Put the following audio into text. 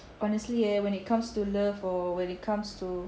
honestly eh when it comes to love or when it comes to